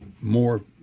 more